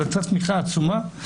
אבל הייתה תמיכה עצומה.